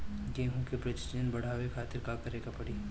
गेहूं के प्रजनन बढ़ावे खातिर का करे के पड़ी?